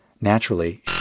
Naturally